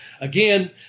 Again